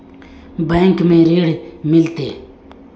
Bank में ऋण मिलते?